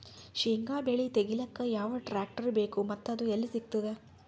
ಶೇಂಗಾ ಬೆಳೆ ತೆಗಿಲಿಕ್ ಯಾವ ಟ್ಟ್ರ್ಯಾಕ್ಟರ್ ಬೇಕು ಮತ್ತ ಅದು ಎಲ್ಲಿ ಸಿಗತದ?